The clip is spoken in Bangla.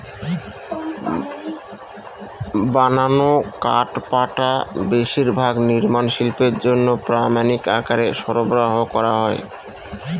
বানানো কাঠপাটা বেশিরভাগ নির্মাণ শিল্পের জন্য প্রামানিক আকারে সরবরাহ করা হয়